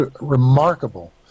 remarkable